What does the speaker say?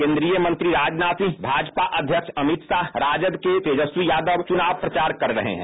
केंद्रीय मंत्री राजनाथ सिंह भाजपा अध्यक्ष अमित शाह राजद के तेजस्वी यादव चुनाव प्रचार कर रहे हैं